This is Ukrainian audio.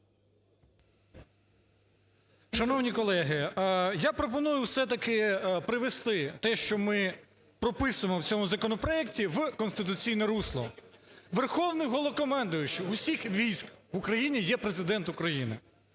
Шановні колеги, я пропоную все-таки привести те, що ми прописуємо в цьому законопроекті в конституційне русло. Верховний Головнокомандувач усіх військ в Україні є Президент України,